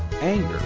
anger